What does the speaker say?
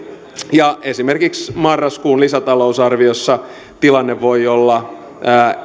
esimerkiksi marraskuun lisätalousarviossa tilanne voi olla